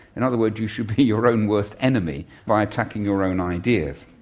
in other words you should be your own worst enemy by attacking your own ideas.